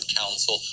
counsel